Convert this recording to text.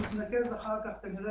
שמעתי את כולם,